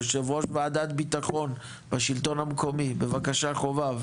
יושב ראש ועדת ביטחון בשלטון המקומי בבקשה חובב.